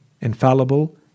infallible